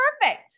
perfect